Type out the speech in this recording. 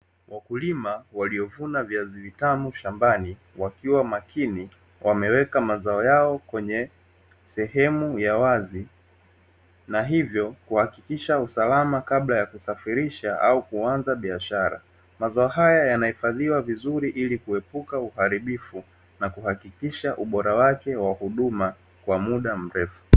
Wakulima waliovuna viazi vitamu shambani, wakiwa makini wameweka mazao yao sehemu za wazi na hivyo kuhakikisha usalama kabla ya kusafirisha au kuanza biashara. Mazao haya yanahifadhiwa vizuri ili kuepuka uharibifu na kuhakikisha ubora wake wa huduma wa muda mrefu.